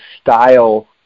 style